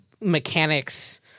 mechanics